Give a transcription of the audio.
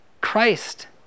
Christ